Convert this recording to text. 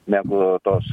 negu tos